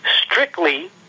strictly